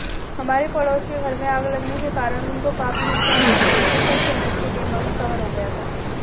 हमारे पड़ोस के घर में आग लगने के कारण उनको काफी नुकसान हुआ परंतु सब संपत्ति बीमा में कवर हो गया था